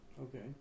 Okay